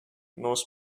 knows